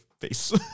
face